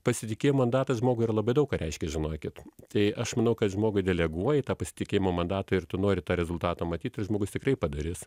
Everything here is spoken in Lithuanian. pasitikėjimo mandatas žmogui yra labai daug ką reiškia žinokit tai aš manau kad žmogui deleguoji tą pasitikėjimo mandatą ir tu nori tą rezultatą matyt ir žmogus tikrai padarys